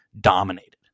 dominated